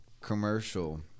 commercial